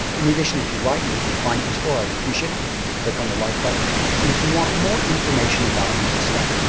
in addition, if you like it, if you find it useful, i would appreciate it if you would click on the like button. and if you want more information about men's style,